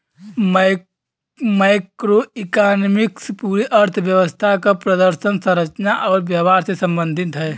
macroeconomics पूरे अर्थव्यवस्था क प्रदर्शन, संरचना आउर व्यवहार से संबंधित हौ